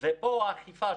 ו/או אכיפה.